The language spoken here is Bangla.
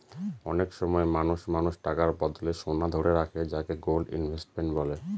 অনেক সময় মানুষ টাকার বদলে সোনা ধারে রাখে যাকে গোল্ড ইনভেস্টমেন্ট বলে